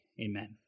amen